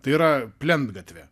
tai yra plentgatvė